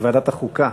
ועדת החוקה